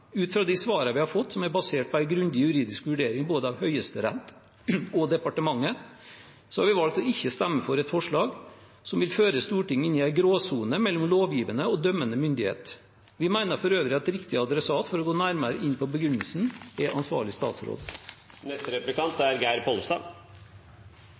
Ut fra de svarene vi har fått, som er basert på en grundig juridisk vurdering både av Høyesterett og departementet, har vi valgt å ikke stemme for et forslag som vil føre Stortinget inn i en gråsone mellom lovgivende og dømmende myndighet. Vi mener for øvrig at riktig adressat for å gå nærmere inn på begrunnelsen er ansvarlig